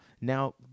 Now